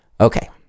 Okay